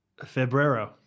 febrero